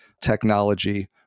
technology